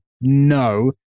no